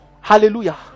Hallelujah